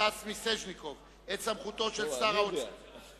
סטס מיסז'ניקוב את סמכותו של שר האוצר